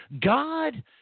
God